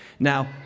Now